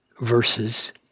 verses